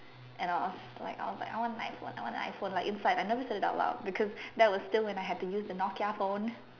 and I was like I was like I want an iPhone I want an iPhone like inside I never said it out loud because that was still had to use the Nokia phone